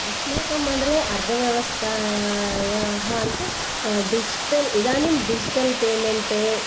अस्माकं मण्डले अर्थव्यवस्थायाः अन्टे डिजिटल् इदानीं डिजिटल् पेमेन्ट्